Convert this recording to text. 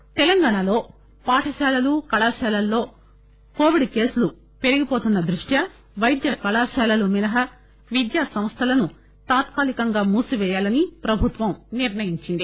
schools తెలంగాణలో పాఠశాలలు కళాశాలల్లో కోవిడ్ కేసులు పెరుగుతున్న దృష్ట్యా పైద్య కళాశాళలు మినహా విద్యాసంస్థలను తాత్కాలీకంగా మూసిపేయాలని ప్రభుత్వం నిర్ణయించింది